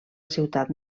ciutat